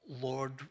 Lord